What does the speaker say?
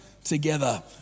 together